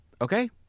okay